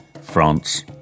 France